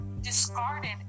discarded